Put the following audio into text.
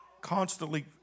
constantly